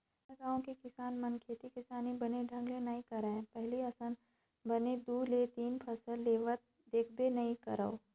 हमर गाँव के किसान मन खेती किसानी बने ढंग ले नइ करय पहिली असन बने दू ले तीन फसल लेवत देखबे नइ करव